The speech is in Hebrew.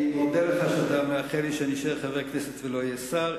אני מודה לך על שאתה מאחל לי שאני אשאר חבר כנסת ולא אהיה שר,